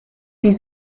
die